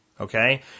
okay